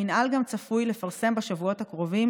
המינהל גם צפוי לפרסם בשבועות הקרובים